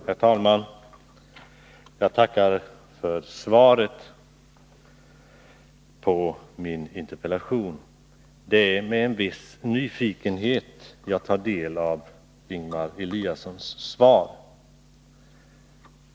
Herr talman! Jag tackar för svaret på min interpellation. Det är med en viss nyfikenhet jag tar del av Ingemar Eliassons svar.